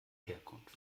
herkunft